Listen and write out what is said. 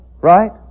right